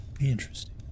Interesting